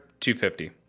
250